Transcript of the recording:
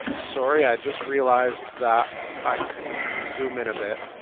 ah sorry, i just realized that i could zoom in a bit,